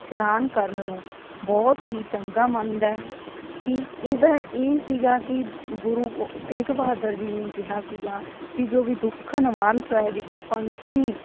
ਇਸ਼ਨਾਨ ਕਰਨ ਨੂੰ ਬਹੁਤ ਹੀ ਚੰਗਾ ਮੰਨਦਾ ਕਿ ਇਹਦਾ ਇਹ ਸੀਗਾ ਕਿ ਗੁਰੂ ਤੇਗ ਬਹਾਦਰ ਜੀ ਨੇ ਕਿਹਾ ਸੀਗਾ ਕਿ ਜੋ ਵੀ ਦੁੱਖ ਨਿਵਾਰਨ ਸਾਹਿਬ ਵਿਖੇ ਪੰਚਮੀ